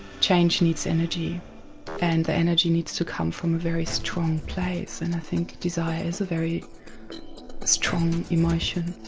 change needs energy and the energy needs to come from a very strong place and i think desire is a very strong emotion.